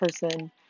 person